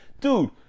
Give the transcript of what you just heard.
dude